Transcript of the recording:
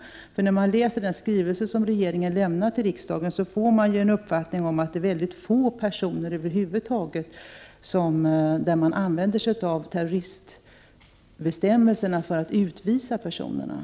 När man läser den skrivelse som regeringen lämnat till riksdagen får man uppfattningen att det är endast i fråga om väldigt få personer som man använder sig av terroristbestämmelserna för att utvisa dem.